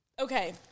Okay